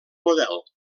model